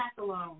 alone